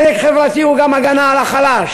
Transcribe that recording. צדק חברתי הוא גם הגנה על החלש,